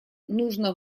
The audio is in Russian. нужно